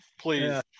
please